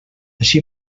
així